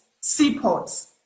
seaports